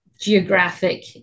geographic